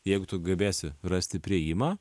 jeigu tu gebėsi rasti priėjimą